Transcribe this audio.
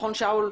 שאול,